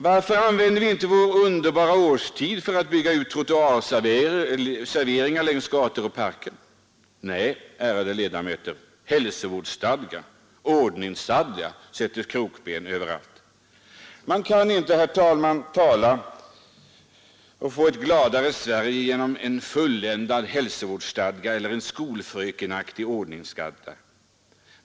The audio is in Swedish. Varför använder man inte vår underbara årstid för att bygga ut trottoarserveringar längs gator och i parker? Nej, ärade kammarledamöter, hälsovårdsstadgan och ordningsstadgan sätter krokben överallt! Man kan inte, herr talman, få ett gladare Sverige genom en fulländad hälsovårdsstadga och en skolfrökenaktig ordningsstadga.